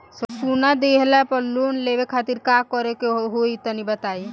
सोना दिहले पर लोन लेवे खातिर का करे क होई तनि बताई?